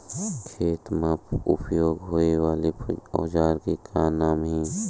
खेत मा उपयोग होए वाले औजार के का नाम हे?